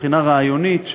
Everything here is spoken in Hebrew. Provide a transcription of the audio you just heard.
מבחינה רעיונית,